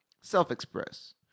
self-express